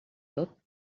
tot